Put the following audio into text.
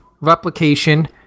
replication